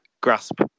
grasp